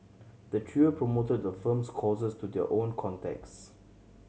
the trio promoted the firm's courses to their own contacts